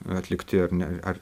atlikti ar ne ar